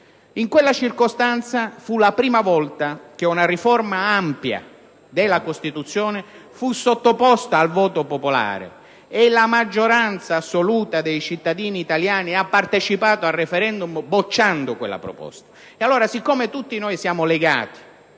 Quella fu la prima volta che una riforma ampia della Costituzione fu sottoposta al voto popolare e la maggioranza assoluta dei cittadini italiani, partecipando al *referendum*, bocciò quella proposta. Poiché tutti noi siamo legati